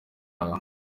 aho